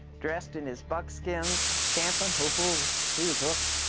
dressed in his buckskins, camping. ooh, he was hooked.